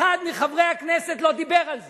אחד מחברי הכנסת לא דיבר על זה.